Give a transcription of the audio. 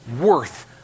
worth